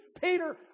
Peter